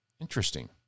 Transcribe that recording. Interesting